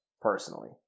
personally